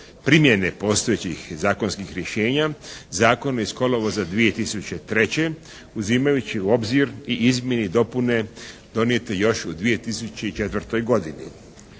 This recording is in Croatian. primjene postojećih zakonskih rješenja zakona iz kolovoza 2003. uzimajući u obzir i izmjene i dopune donijete još u 2004. godini.